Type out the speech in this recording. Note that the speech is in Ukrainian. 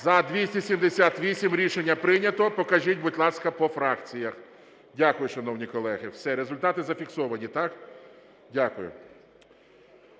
За-278 Рішення прийнято. Покажіть, будь ласка, по фракціях. Дякую, шановні колеги. Все, результати зафіксовані, так? Дякую.